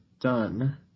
done